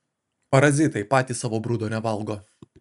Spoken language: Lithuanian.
parazitai patys savo brudo nevalgo